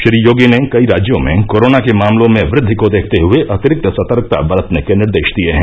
श्री योगी ने कई राज्यों में कोरोना के मामलों में वृद्वि को देखते हये अतिरिक्त सतर्कता बरतने के निर्देश दिये हैं